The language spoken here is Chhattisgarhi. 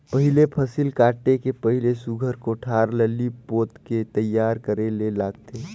पहिले फसिल काटे के पहिले सुग्घर कोठार ल लीप पोत के तइयार करे ले लागथे